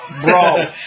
Bro